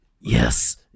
Yes